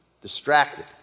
distracted